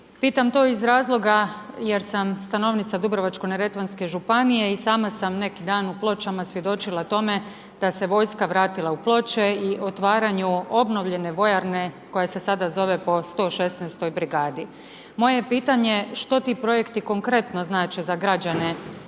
Pitam to iz razloga, jer sam stanovnica Dubrovačko neretvanske županije, i sama sam neki dan u Pločama svjedočila tome, da se vojska vratila u Ploče i u otvaranju obnovljene vojarne koja se sada zove po 116. brigadi. Moje je pitanje, što ti projekti konkretno znače za građane tih